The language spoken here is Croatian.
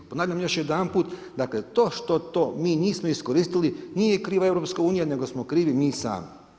Ponavljam još jedanput, dakle to što to mi nismo iskoristili nije kriva EU, nego smo krivi mi sami.